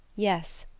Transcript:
yes,